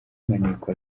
maneko